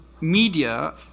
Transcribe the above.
media